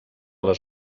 les